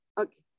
okay